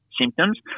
symptoms